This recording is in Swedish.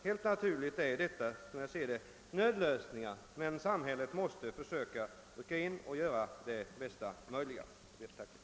Helt naturligt ser jag detta som nödlösningar, men samhället måste gripa in och göra det bästa möjliga av situationen.